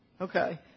Okay